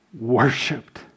worshipped